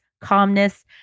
calmness